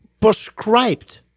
prescribed